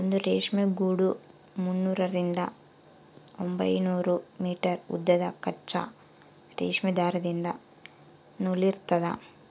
ಒಂದು ರೇಷ್ಮೆ ಗೂಡು ಮುನ್ನೂರರಿಂದ ಒಂಬೈನೂರು ಮೀಟರ್ ಉದ್ದದ ಕಚ್ಚಾ ರೇಷ್ಮೆ ದಾರದಿಂದ ನೂಲಿರ್ತದ